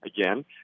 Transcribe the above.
again